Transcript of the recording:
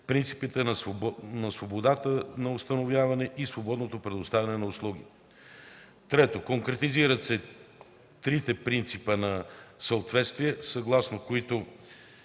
принципите на свободата на установяване и свободното предоставяне на услуги. 3. Конкретизират се трите принципа на съответствие, съгласно които